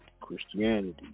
Christianity